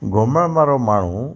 घुमण वारो माण्हू